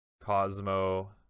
Cosmo